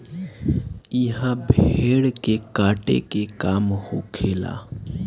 इहा भेड़ के काटे के काम होखेला